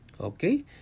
okay